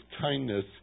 kindness